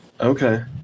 Okay